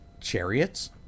chariots